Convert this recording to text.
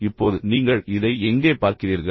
இப்போது நீங்கள் இதை எங்கே பார்க்கிறீர்கள்